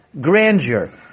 grandeur